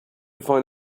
find